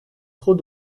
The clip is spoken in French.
trop